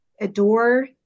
adore